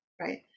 right